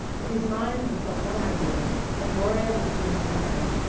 in his mind was but one idea that gloria was being selfish,